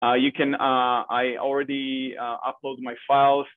You can, I already upload my files.